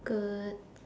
good